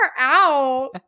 out